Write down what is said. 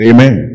Amen